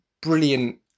brilliant